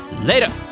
Later